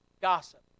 Gossip